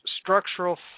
structural